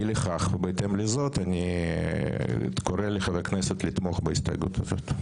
אי לכך ובהתאם לזאת אני קורא לחברי הכנסת לתמוך בהסתייגות הזאת.